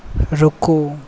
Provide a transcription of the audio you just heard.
रुकू